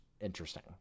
interesting